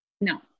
No